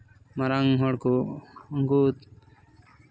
ᱢᱟᱨᱟᱝ ᱦᱚᱲᱠᱚ ᱩᱱᱠᱩ